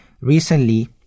Recently